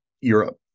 Europe